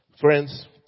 Friends